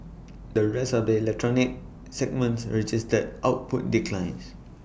the rest of the electronics segments registered output declines